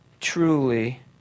truly